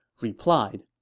replied